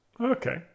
Okay